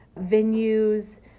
venues